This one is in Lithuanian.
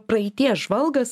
praeities žvalgas